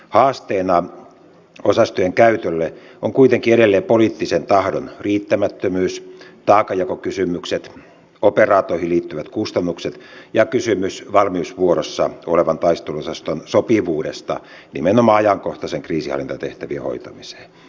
haasteena osastojen käytölle ovat kuitenkin edelleen poliittisen tahdon riittämättömyys taakanjakokysymykset operaatioihin liittyvät kustannukset ja kysymys valmiusvuorossa olevan taisteluosaston sopivuudesta nimenomaan ajankohtaisten kriisinhallintatehtävien hoitamiseen